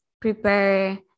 prepare